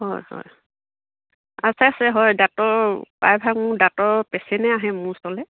হয় হয় আছে আছে হয় দাঁতৰ প্ৰায়ভাগ মোৰ দাঁতৰ পেচেণ্টেই আহে মোৰ ওচৰলৈ